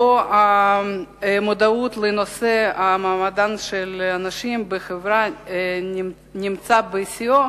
שבו המודעות למעמדן של הנשים בחברה נמצאת בשיאה,